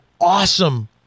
awesome